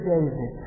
David